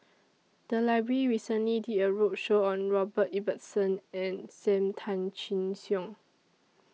The Library recently did A roadshow on Robert Ibbetson and SAM Tan Chin Siong